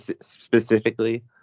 specifically